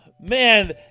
Man